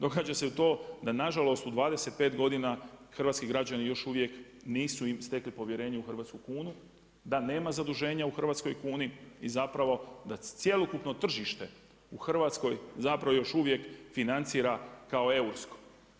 Događa se to da nažalost u 25 godina hrvatski građani još uvijek nisu stekli povjerenje u hrvatsku kunu, da nema zaduženja u hrvatskoj kuni i da cjelokupno tržište u Hrvatskoj još uvijek financira kao eursko.